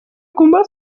combat